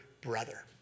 brother